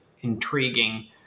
intriguing